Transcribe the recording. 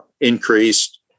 increased